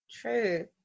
true